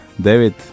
David